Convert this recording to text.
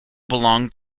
belonged